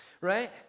Right